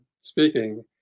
speaking